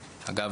אגב,